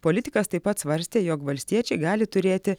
politikas taip pat svarstė jog valstiečiai gali turėti